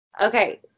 Okay